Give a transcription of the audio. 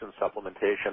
supplementation